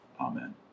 Amen